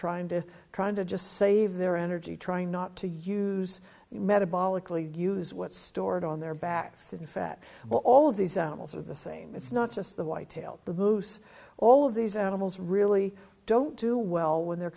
trying to trying to just save their energy trying not to use metabolically use what stored on their backs and fat well all of these animals are the same it's not just the white tail the moose all of these animals really don't do well when they're